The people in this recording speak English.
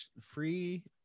free